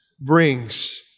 brings